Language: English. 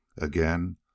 Again